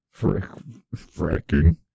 Fracking